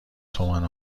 تومن